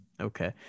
Okay